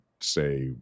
say